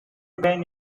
vein